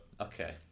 Okay